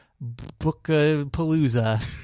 book-palooza